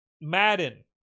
Madden